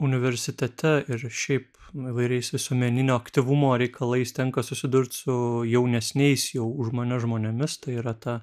universitete ir šiaip įvairiais visuomeninio aktyvumo reikalais tenka susidurt su jaunesniais jau už mane žmonėmis tai yra ta